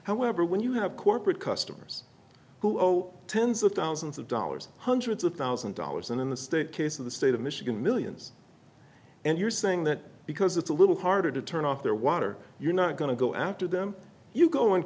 however when you have corporate customers who owe tens of thousands of dollars hundreds of thousand dollars and in the state case of the state of michigan millions and you're saying that because it's a little harder to turn off their water you're not going to go after them you go and